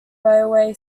railway